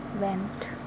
went